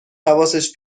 حواسش